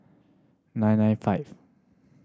nine nine five